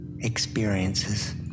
experiences